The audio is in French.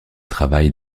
travaille